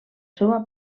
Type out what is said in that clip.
seua